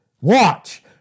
Watch